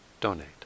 donate